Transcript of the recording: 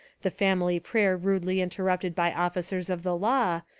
the family prayer rudely interrupted by officers of the law,